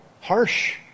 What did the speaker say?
harsh